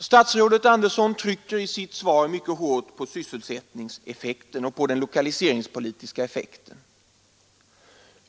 Statsrådet Andersson trycker i sitt svar mycket hårt på sysselsättningen och på den lokaliseringspolitiska effekten.